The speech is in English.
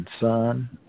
son